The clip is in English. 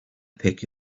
pick